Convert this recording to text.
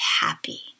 happy